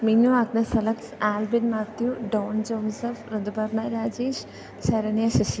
Minnu Agnes Alex Albin Mathew Don Joseph Rituparna Rajesh Saranya Sasi